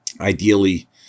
Ideally